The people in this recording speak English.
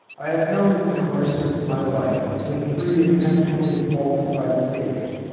i have known in the course of my life only three intentionally falsified statements,